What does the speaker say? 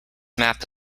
map